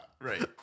Right